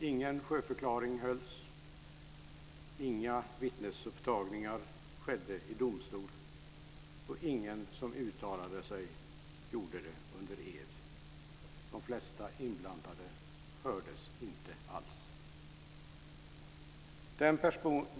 Ingen sjöförklaring hölls och inga vittnesupptagningar skedde i domstol. Ingen som uttalade sig gjorde det under ed. De flesta inblandade hördes inte alls.